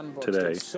Today